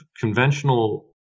conventional